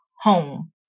home